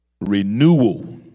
renewal